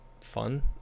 fun